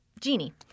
genie